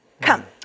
Come